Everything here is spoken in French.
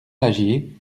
lagier